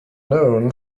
known